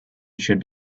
should